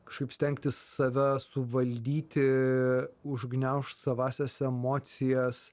kažkaip stengtis save suvaldyti užgniaužt savąsias emocijas